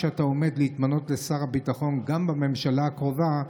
כשאתה עומד להתמנות לשר הביטחון גם בממשלה הקרובה,